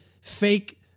fake